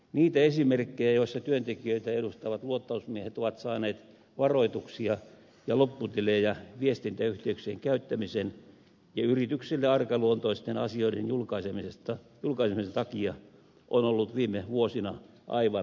niitä esimerkkejä joissa työntekijöitä edustavat luottamusmiehet ovat saaneet varoituksia ja lopputilejä viestintäyhteyksien käyttämisen ja yrityksille arkaluontoisten asioiden julkaisemisen takia on ollut viime vuosina aivan liikaa